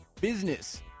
Business